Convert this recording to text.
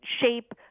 shape